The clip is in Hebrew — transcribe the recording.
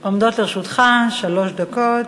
עומדות לרשותך שלוש דקות.